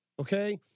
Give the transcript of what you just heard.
okay